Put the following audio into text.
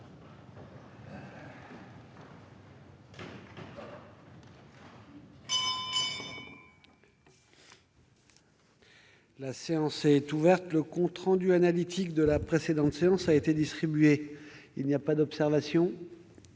La séance est ouverte. Le compte rendu analytique de la précédente séance a été distribué. Il n'y a pas d'observation ?